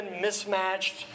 mismatched